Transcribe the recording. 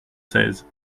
seize